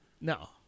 No